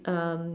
um